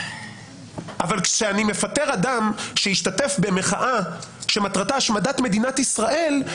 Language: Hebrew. אבל כשאני מפטר אדם שהשתתף במחאה שמטרתה השמדת מדינת ישראל,